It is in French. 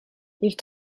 ils